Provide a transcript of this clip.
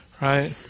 Right